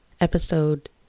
episode